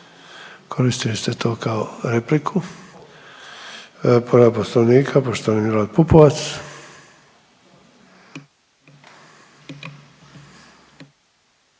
koristili ste to kao repliku. Povreda Poslovnika, poštovani Milorad Pupovac.